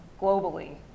globally